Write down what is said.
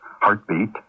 Heartbeat